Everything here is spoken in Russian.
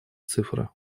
цифры